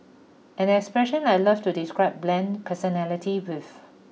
an expression I love to describe bland personality with